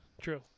true